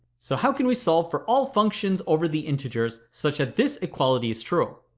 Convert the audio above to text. so how can we solve for all functions over the integers, such that this equality is true.